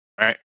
right